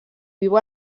viu